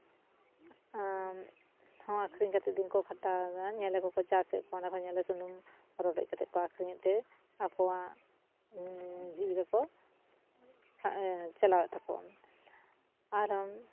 ᱟᱠᱷᱨᱤᱧ ᱠᱟᱛᱮ ᱦᱚᱸ ᱫᱤᱱ ᱠᱚᱠᱚ ᱠᱷᱟᱸᱰᱟᱣᱮᱫᱟ ᱧᱮᱞᱮ ᱠᱚᱠᱚ ᱪᱟᱥᱮᱫ ᱠᱚᱣᱟ ᱚᱱᱟ ᱠᱷᱚᱱ ᱧᱮᱞᱮ ᱥᱩᱱᱩᱢ ᱨᱚᱰᱚᱡ ᱠᱟᱛᱮ ᱠᱚ ᱟᱠᱷᱨᱤᱧᱮᱫ ᱛᱮ ᱟᱠᱚᱣᱟᱜ ᱡᱤᱵᱤᱠᱟ ᱠᱚ ᱪᱟᱞᱟᱣᱮᱫ ᱛᱟᱠᱚᱣᱟ ᱠᱟᱨᱚᱱ